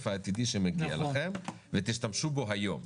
העתידי שמגיע לכם ותשתמשו בו היום,